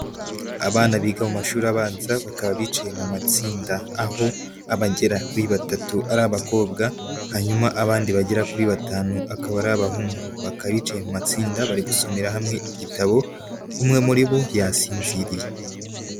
Abana biga mu mashuri abanza bakaba bicaye mu matsinda aho abagera kuri batatu ari abakobwa, hanyuma abandi bagera kuri batanu akaba ari abahungu, bakaba bicaye mu matsinda bari gusomera hamwe igitabo umwe muri bo yasinziriye.